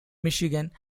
michigan